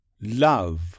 Love